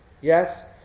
Yes